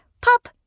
Pop